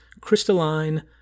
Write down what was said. crystalline